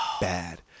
bad